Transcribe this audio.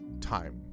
time